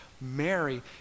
Mary